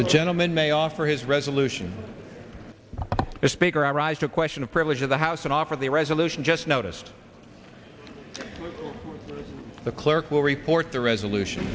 the gentleman may offer his resolution as speaker i rise to a question of privilege of the house and offer the resolution just noticed the clerk will report the resolution